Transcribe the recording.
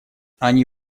они